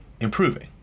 improving